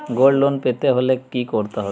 Gold loan পেতে হলে কি করতে হবে?